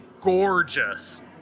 gorgeous